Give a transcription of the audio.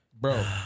Bro